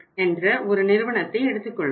என்ற ஒரு நிறுவனத்தை எடுத்துக்கொள்வோம்